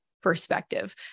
perspective